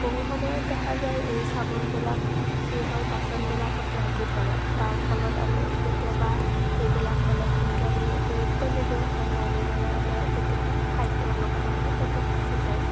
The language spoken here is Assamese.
বহু সময়ত দেখা যায় এই চাবোনবিলাক কি হয় বাচনবিলাকত লাগি ধৰে তাৰফলত আমি কেতিয়াবা সেইবিলাক মানে ভালকৈ আমি গুৰুত্ব নিদিওঁ আৰু এনেদৰে আমাৰ কেতিয়াবা খাদ্যৰ লগত আমাৰ পেটত গুছি যায়